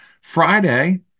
Friday